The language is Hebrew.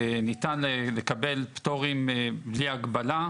ניתן בו לקבל פטורים בלי הגבלה,